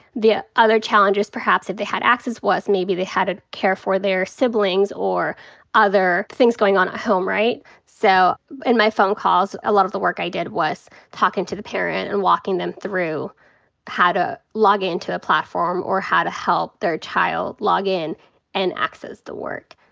the ah other challenges perhaps if they had access was maybe they had to care for their siblings or other things going on at home, right. so in my phone calls a lot of the work i did was talking to the parent and walking them through how to log into a platform or how to help their child log in and access the work.